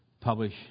publish